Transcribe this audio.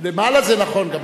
"למעלה" זה נכון.